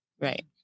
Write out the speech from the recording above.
Right